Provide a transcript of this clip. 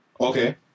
Okay